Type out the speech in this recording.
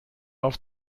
auf